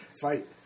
fight